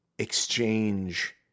exchange